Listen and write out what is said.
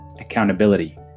accountability